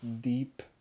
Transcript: deep